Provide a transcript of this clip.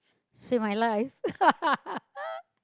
save my life